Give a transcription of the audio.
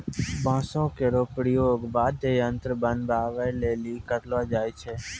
बांसो केरो प्रयोग वाद्य यंत्र बनाबए लेलि करलो जाय छै